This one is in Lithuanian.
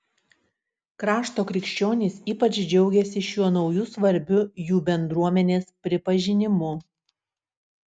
krašto krikščionys ypač džiaugiasi šiuo nauju svarbiu jų bendruomenės pripažinimu